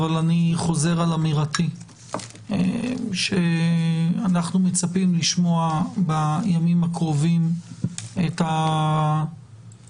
אבל אני חוזר על אמירתי שאנחנו מצפים לשמוע בימים הקרובים את התשובה